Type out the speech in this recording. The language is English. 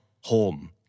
home